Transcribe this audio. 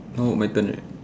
now my turn right